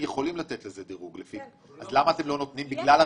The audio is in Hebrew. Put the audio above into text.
נותנים אינפורמציה